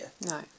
No